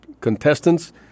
contestants